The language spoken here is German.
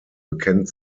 bekennt